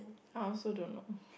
I also don't know